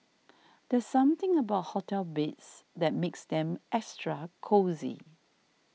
there's something about hotel beds that makes them extra cosy